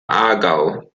aargau